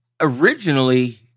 Originally